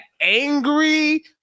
angry